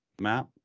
map